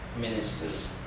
ministers